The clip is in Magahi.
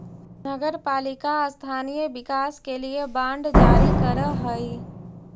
नगर पालिका स्थानीय विकास के लिए बांड जारी करऽ हई